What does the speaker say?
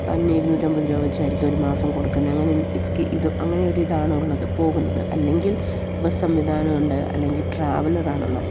അതിന് ഇരുന്നൂറ്റിയമ്പത് രൂപ വെച്ചായിരിക്കും ഒരു മാസം കൊടുക്കുന്നത് അങ്ങനെ അങ്ങനെയൊരു ഇതാണുള്ളത് പോകുന്നത് അല്ലെങ്കിൽ ബസ് സംവിധാനമുണ്ട് അല്ലെങ്കിൽ ട്രാവലറാണുള്ളത്